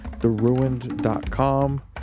TheRuined.com